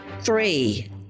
three